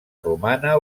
romana